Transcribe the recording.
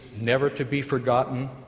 never-to-be-forgotten